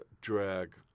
drag